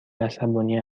عصبانی